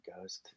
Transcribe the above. ghost